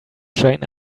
train